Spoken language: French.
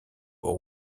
pour